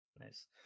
Nice